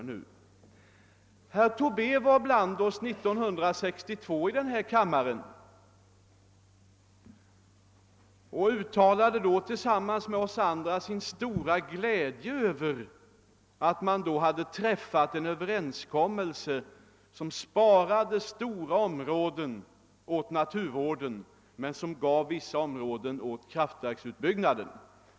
Men herr Tobé fanns ibland oss i denna kammare 1962 och uttalade då tillsammans med oss andra sin stora glädje över att en överenskommelse hade träffats som sparade stora områden åt naturvården men ändå gav vissa områden åt kraftverksutbyggnaden.